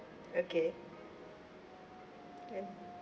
okay ya